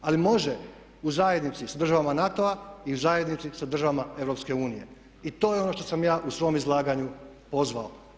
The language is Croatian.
Ali može u zajednici sa državama NATO-a i u zajednici sa državama EU i to je ono što sam ja u svom izlaganju pozvao.